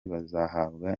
bazahabwa